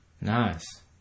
Nice